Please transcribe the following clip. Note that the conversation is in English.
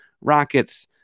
Rockets